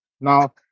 Now